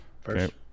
first